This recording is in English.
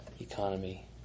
economy